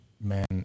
man